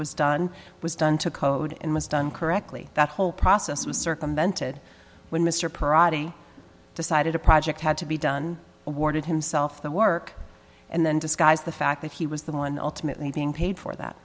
was done was done to code and was done correctly that whole process was circumvented when mr parady decided a project had to be done awarded himself the work and then disguise the fact that he was the one ultimately being paid for that